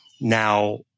Now